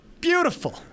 Beautiful